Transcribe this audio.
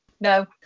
no